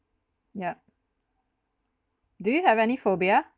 yeah do you have any phobia